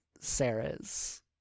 Sarah's